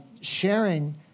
sharing